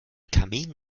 kamin